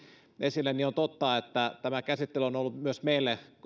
esille on totta että tämä käsittely on ollut meille